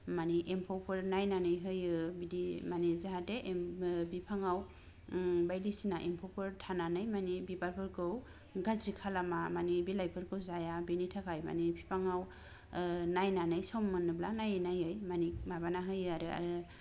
माने एम्फौफोर नायनानै होयो बिदि माने जाहाथे बिफांआव ओम बायदिसिना एम्फौफोर थानानै माने बिबारफोरखौ गाज्रि खालामा माने बिलाइफोरखौ जाया बिनि थाखाय माने फिफांआव ओ नायनानै सम मोनोब्ला नायै नायै माने माबाना होयो आरो आरो